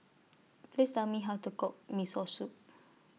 Please Tell Me How to Cook Miso Soup